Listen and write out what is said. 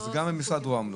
אז גם במשרד רה"מ לא.